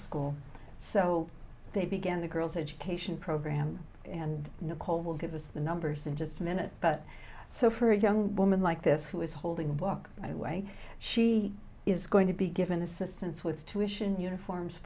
school so they began the girls education program and nicole will give us the numbers in just a minute but so for a young woman like this who is holding a book away she is going to be given assistance with tuition uniforms